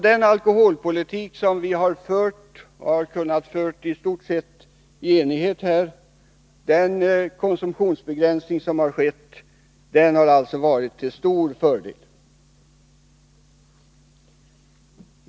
Den alkoholpolitik som vi i stort sett i enighet har kunnat föra och den konsumtionsbegränsning som har skett har alltså varit till stor fördel.